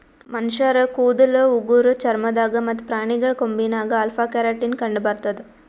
ಮನಶ್ಶರ್ ಕೂದಲ್ ಉಗುರ್ ಚರ್ಮ ದಾಗ್ ಮತ್ತ್ ಪ್ರಾಣಿಗಳ್ ಕೊಂಬಿನಾಗ್ ಅಲ್ಫಾ ಕೆರಾಟಿನ್ ಕಂಡಬರ್ತದ್